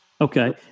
Okay